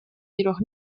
jedoch